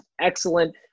excellent